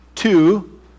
Two